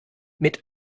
mit